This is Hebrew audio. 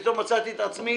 ופתאום מצאתי את עצמי